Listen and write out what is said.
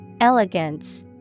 Elegance